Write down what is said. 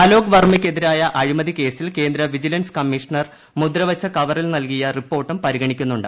അലോക് വർമ്മയ്ക്കെതിരായ അഴിമതി കേസിൽ കേന്ദ്ര വിജിലൻസ് കമ്മീഷണർ മുദ്രവച്ച കവറിൽ നൽകിയ റിപ്പോർട്ടും പരിഗണിക്കുന്നുണ്ട്